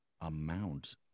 amount